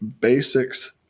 basics